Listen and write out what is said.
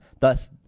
thus